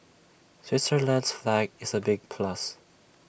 Switzerland's flag is A big plus